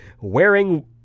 wearing